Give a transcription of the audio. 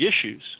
issues